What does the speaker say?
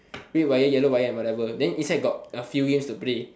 red wire yellow wire and whatever then inside got a few games to play